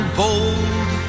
bold